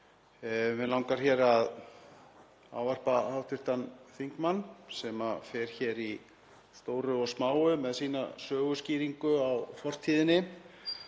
Mig langar að ávarpa hv. þingmann sem fer hér í stóru og smáu með sína söguskýringu á fortíðinni.